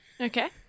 Okay